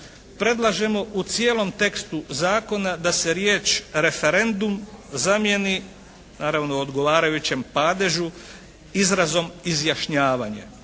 predlažemo u cijelom tekstu zakona da se riječ: "referendum" zamijeni naravno u odgovarajućem padežu izrazom "izjašnjavanje".